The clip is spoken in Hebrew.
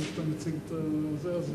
מתכבד לפתוח את ישיבת הכנסת.